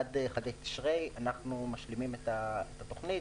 עד חגי תשרי אנחנו משלימים את התוכנית,